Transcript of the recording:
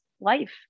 life